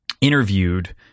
interviewed